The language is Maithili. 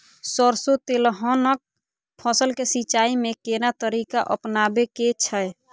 सरसो तेलहनक फसल के सिंचाई में केना तरीका अपनाबे के छै?